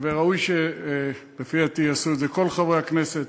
וראוי, לפי דעתי, שיעשו את זה כל חברי הכנסת.